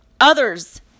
others